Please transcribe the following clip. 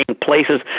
places